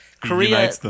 Korea